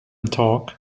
talk